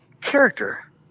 character